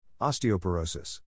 Osteoporosis